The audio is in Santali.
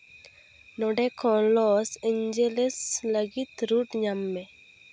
ᱱᱚᱰᱮ ᱠᱷᱚᱱ ᱞᱚᱥ ᱮᱧᱡᱮᱞᱮᱥ ᱞᱟᱹᱜᱤᱫ ᱨᱩᱴ ᱧᱟᱢ ᱢᱮ